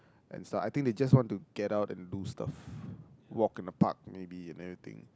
and so I think they just want to get out and do stuff walk in the park maybe and everything